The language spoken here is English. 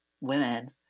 women